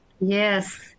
Yes